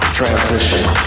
Transition